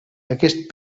aquest